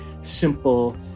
simple